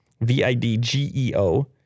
V-I-D-G-E-O